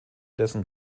dessen